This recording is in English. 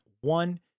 one